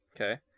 Okay